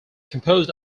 composed